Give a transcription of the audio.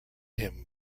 him